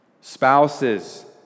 Spouses